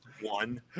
one